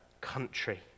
country